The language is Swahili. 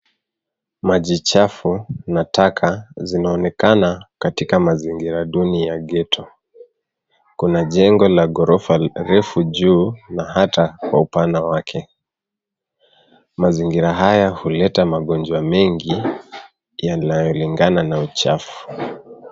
Maji chafu na taka zinaonekana katika mazingira duni ya ghetto . Kuna jengo la ghorofa refu juu na hata kwa upana wake. Mazingira haya huleta magonjwa mengi, yanayolingana na uchafu.